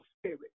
spirit